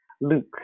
Luke